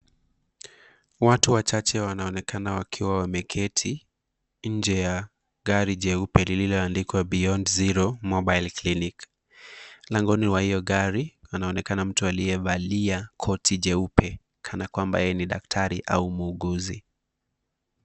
Watu wachache wanaonekana wakiwa wameketi nje ya gari jeupe lililoandikwa Beyond Zero Mobile Clinic. Mlangoni wa hiyo gari panaonekana mtu aliyevalia koti jeupe kana kwamba yeye ni daktari au muuguzi.